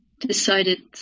decided